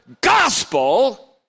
gospel